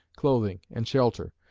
clothing and shelter,